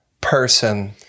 person